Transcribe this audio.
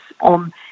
on